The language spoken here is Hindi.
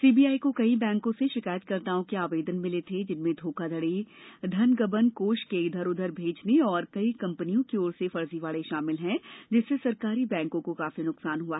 सीबीआई को कई बैंकों से शिकायतकर्ताओं के आवेदन मिले थे जिनमें धोखाधडी धनगबन कोष के इधर उधर भेजने और कई कम्पनियों की ओर से फर्जीवाडे शामिल हैं जिससे सरकारी बैंकों को काफी नुकसान हुआ